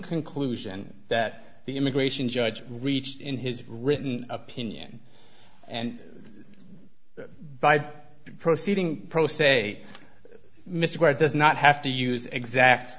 conclusion that the immigration judge reached in his written opinion and by proceeding pro se mr gore does not have to use exact